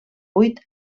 vuit